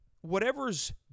whatever's